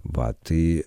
va tai